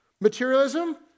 Materialism